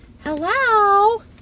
Hello